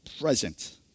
present